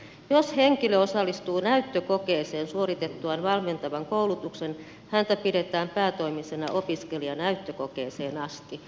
jos henkilö osallistuu näyttökokeeseen suoritettuaan valmentavan koulutuksen häntä pidetään päätoimisena opiskelijana näyttökokeeseen asti